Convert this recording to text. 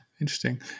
Interesting